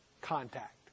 contact